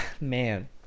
man